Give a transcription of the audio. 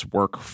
work